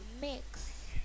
mix